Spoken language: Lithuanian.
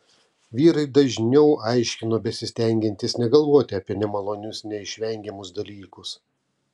vyrai dažniau aiškino besistengiantys negalvoti apie nemalonius neišvengiamus dalykus